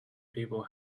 people